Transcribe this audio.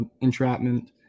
entrapment